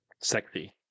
sexy